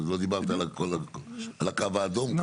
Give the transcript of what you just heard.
לא דיברת על הקו האדום.